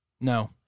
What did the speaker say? No